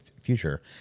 future